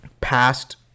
passed